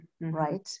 right